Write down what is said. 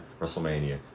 WrestleMania